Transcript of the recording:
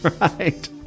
right